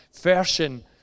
version